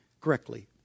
correctly